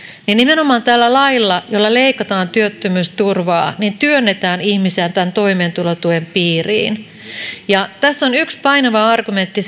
niin nimenomaan tällä lailla jolla leikataan työttömyysturvaa työnnetään ihmisiä toimeentulotuen piiriin tässä on yksi painava argumentti